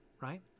right